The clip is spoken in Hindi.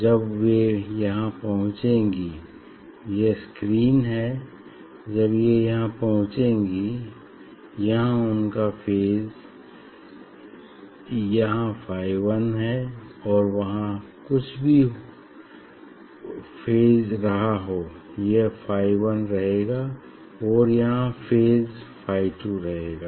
जब वे यहाँ पहुंचेंगी यह स्क्रीन है जब ये यहां पहुंचेंगी यहां उनका फेज यहां फाई 1 है वहाँ कुछ भी फेज रहा हो यह फाई 1 रहेगा और यहाँ फेज फाई 2 रहेगा